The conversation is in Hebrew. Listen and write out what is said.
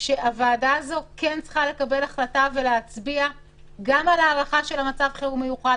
שהוועדה הזאת צריכה לקבל החלטה ולהצביע גם על הארכה של מצב חירום מיוחד.